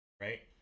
right